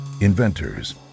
inventors